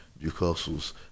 Newcastle's